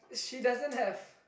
she doesn't have